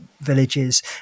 villages